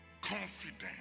confidence